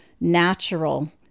natural